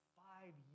five